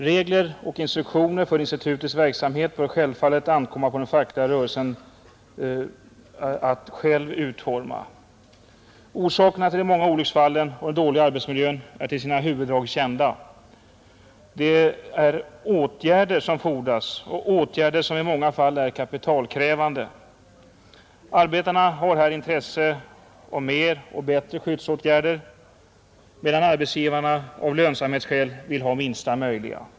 Regler och instruktioner för institutets verksamhet bör det självfallet ankomma på den fackliga rörelsen att själv utforma. Orsakerna till de många olycksfallen och den dåliga arbetsmiljön är till sina huvuddrag kända. Det är åtgärder som fordras och åtgärder som i många fall är kapitalkrävande. Arbetarna har intresse av flera och bättre skyddsåtgärder, medan arbetsgivarna av lönsamhetsskäl vill ha minsta möjliga.